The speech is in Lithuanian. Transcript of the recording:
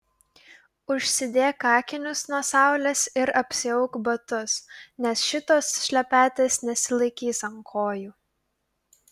užsidėk akinius nuo saulės ir apsiauk batus nes šitos šlepetės nesilaikys ant kojų